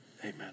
amen